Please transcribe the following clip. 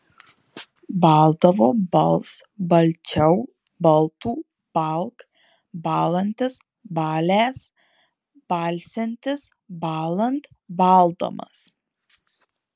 baldavo bals balčiau baltų balk bąlantis balęs balsiantis bąlant baldamas